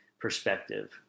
perspective